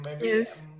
yes